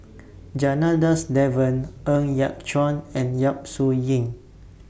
Janadas Devan Ng Yat Chuan and Yap Su Yin